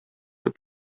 the